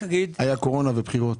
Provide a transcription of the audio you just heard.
היה קורונה ובחירות.